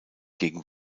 gegen